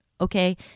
okay